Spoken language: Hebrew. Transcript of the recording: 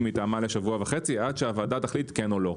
לשבוע וחצי עד שהוועדה תחליט כן או לא,